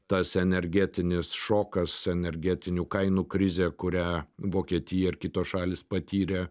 tas energetinis šokas energetinių kainų krizė kurią vokietija ir kitos šalys patyrė